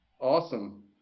awesome